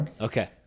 Okay